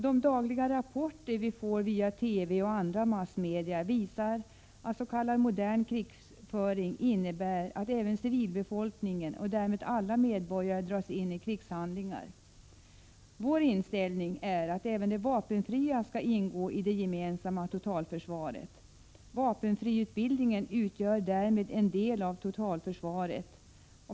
De dagliga rapporter som vi får via TV och andra massmedia visar att s.k. modern krigföring innebär att även civilbefolkningen och därmed alla medborgare dras in i krigshandlingar. Vår inställning är att även de vapenfria skall ingå i det gemensamma totalförsvaret. Vapenfriutbildningen utgör därmed en del av totalförsvaret.